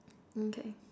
okay